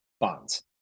bonds